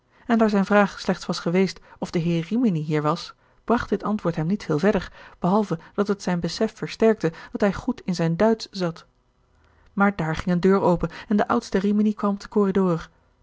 en daar zijne vraag slechts was geweest of de heer rimini hier was bracht dit antwoord hem niet veel verder behalve dat het zijn besef versterkte dat hij goed in zijn duitsch zat maar daar ging een deur open en de oudste rimini kwam op den